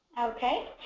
Okay